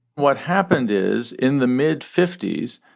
what happened is in the mid fifty s,